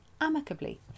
amicably